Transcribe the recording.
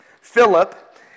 Philip